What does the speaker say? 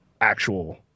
actual